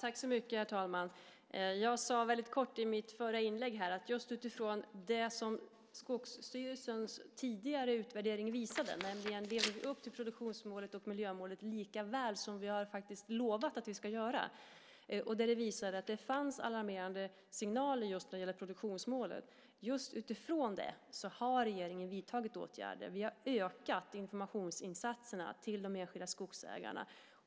Herr talman! Jag sade kort i mitt förra inlägg att utifrån det Skogsstyrelsens tidigare utvärdering visade, om vi lever upp till produktionsmålet och miljömålet lika väl som vi har lovat att göra, finns alarmerande signaler om produktionsmålet. Just ifrån detta har regeringen vidtagit åtgärder. Vi har ökat informationsinsatserna till de enskilda skogsägarna.